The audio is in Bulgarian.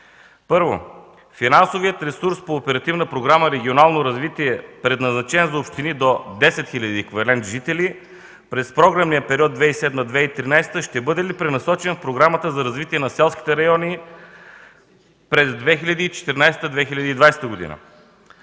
Първо, финансовият ресурс по Оперативна програма „Регионално развитие”, предназначен за общини до 10 000 еквивалент жители през програмния период 2007-2013 г., ще бъде ли пренасочен в Програмата за развитие на селските райони през 2014 2020 г.?